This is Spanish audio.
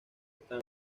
están